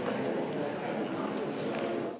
Hvala